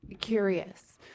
curious